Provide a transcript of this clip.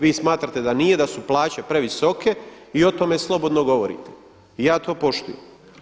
Vi smatrate da nije, da su plaće previsoke i o tome slobodno govorite i ja to poštujem.